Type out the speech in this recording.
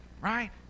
right